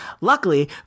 Luckily